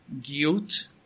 Guilt